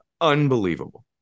Unbelievable